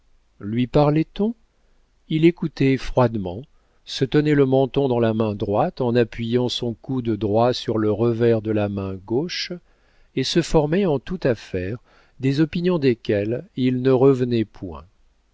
lui parlait on il écoutait froidement se tenait le menton dans la main droite en appuyant son coude droit sur le revers de la main gauche et se formait en toute affaire des opinions desquelles il ne revenait point